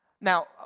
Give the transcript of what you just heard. Now